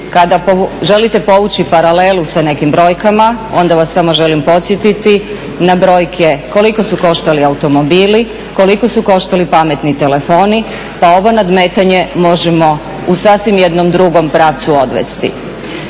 Kada želite povući paralelu sa nekim brojkama, onda vas samo želim podsjetiti na brojke koliko su koštali automobili, koliko su koštali pametni telefoni pa ovo nadmetanje možemo u sasvim jednom drugom pravcu odvesti.